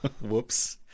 whoops